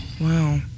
Wow